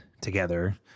together